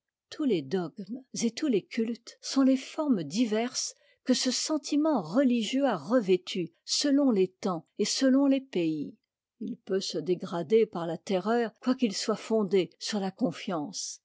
tous les dogmes et tous les cultes sont les formes diverses que ce sentiment religieux a revêtues selon les temps et selon les pays il peut se dégrader par la terreur quoiqu'il soit fondé sur la confiance